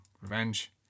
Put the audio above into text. revenge